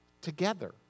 together